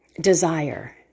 desire